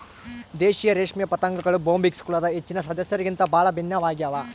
ದೇಶೀಯ ರೇಷ್ಮೆ ಪತಂಗಗಳು ಬೊಂಬಿಕ್ಸ್ ಕುಲದ ಹೆಚ್ಚಿನ ಸದಸ್ಯರಿಗಿಂತ ಬಹಳ ಭಿನ್ನವಾಗ್ಯವ